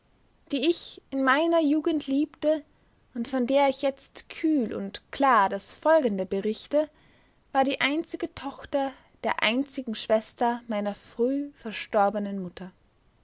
die ich in meiner jugend liebte und von der ich jetzt kühl und klar das folgende berichte war die einzige tochter der einzigen schwester meiner früh verstorbenen mutter